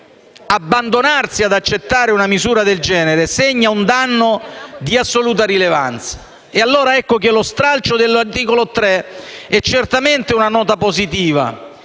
genere, abbandonarsi ad accettare una misura del genere, segna un danno di assoluta rilevanza. E allora ecco che lo stralcio dell'articolo 3 è certamente una nota positiva